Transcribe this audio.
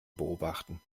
beobachten